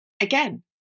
Again